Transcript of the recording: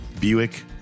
Buick